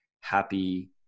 happy